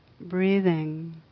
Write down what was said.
breathing